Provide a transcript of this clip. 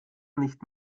nicht